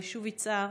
ביישוב יצהר,